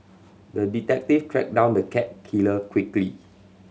the detective tracked down the cat killer quickly